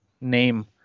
name